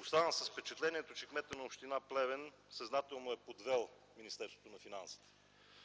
оставам с впечатлението, че кметът на община Плевен съзнателно е подвел Министерството на финансите.